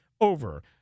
over